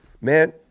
man